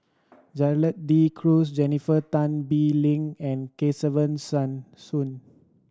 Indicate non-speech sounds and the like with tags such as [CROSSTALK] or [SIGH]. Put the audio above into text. Gerald De Cruz Jennifer Tan Bee Leng and Kesavan [UNINTELLIGIBLE] Soon